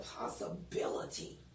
possibility